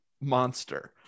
monster